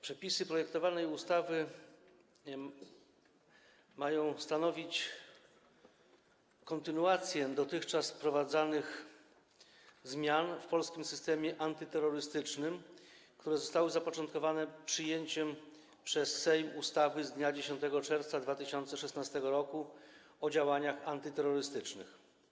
Przepisy projektowanej ustawy mają stanowić kontynuację dotychczas wprowadzanych zmian w polskim systemie antyterrorystycznym, co zostało zapoczątkowane przyjęciem przez Sejm ustawy z dnia 10 czerwca 2016 r. o działaniach antyterrorystycznych.